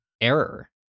error